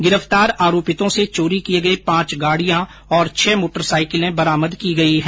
गिरफ्तार आरोपियों से चोरी किये गये पांच गाड़ियां और छह मोटरसाईकले बरामद की गई है